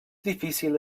difícil